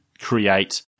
create